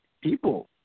people